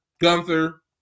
Gunther